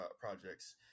projects